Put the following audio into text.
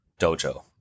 Dojo